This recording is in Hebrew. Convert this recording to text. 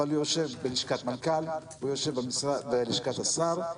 אבל הוא יושב בלשכת מנכ"ל ובלשכת השר,